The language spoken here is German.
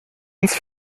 ins